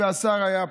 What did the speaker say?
והשר היה פה.